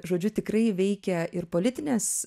žodžiu tikrai veikia ir politinės